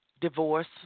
divorce